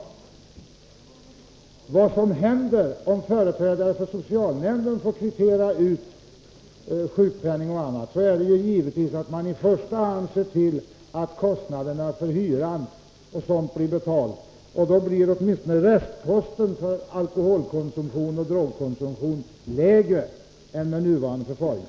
Onsdagen den Vad som händer om företrädare för socialnämnden får kvittera ut 23 november 1983 sjukpenning och annat är givetvis att de ser till att pengarna i första hand går till hyra och liknande — då blir åtminstone restposten för drogkonsumtion Socialförsäkringslägre än med nuvarande förfaringssätt.